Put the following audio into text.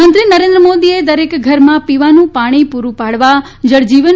પ્રધાનમંત્રી નરેન્દ્રમોદીએ દરકે ઘરમાં પીવાનું પાણી પૂરુ પાડવા જળ જીવન